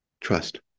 Trust